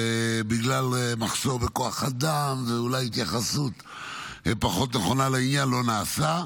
ובגלל מחסור בכוח אדם ואולי התייחסות פחות נכונה לעניין זה לא נעשה,